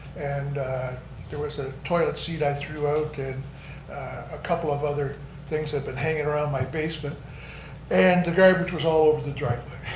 and there was a toilet seat i threw out and a couple of other things that'd been hanging around my basement and the garbage was all over the driveway.